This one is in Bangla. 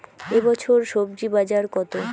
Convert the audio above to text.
এ বছর স্বজি বাজার কত?